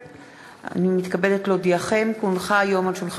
אני קובע כי גם הצעת אי-אמון מטעם